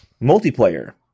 multiplayer